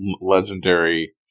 legendary